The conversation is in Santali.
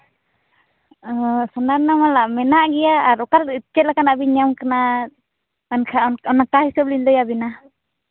ᱟᱨ ᱥᱳᱱᱟ ᱨᱮᱱᱟᱜ ᱢᱟᱞᱟ ᱢᱮᱱᱟᱜ ᱜᱮᱭᱟ ᱟᱨ ᱚᱠᱟ ᱪᱮᱫ ᱞᱮᱠᱟᱱᱟᱜ ᱵᱮᱱ ᱧᱟᱢ ᱠᱟᱱᱟ ᱮᱱᱠᱷᱟᱡ ᱚᱱᱠᱟ ᱦᱤᱥᱟᱹᱵ ᱞᱤᱧ ᱞᱟᱹᱭ ᱟᱹᱵᱤᱱᱟ